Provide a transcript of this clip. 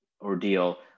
ordeal